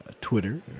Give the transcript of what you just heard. twitter